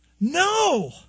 No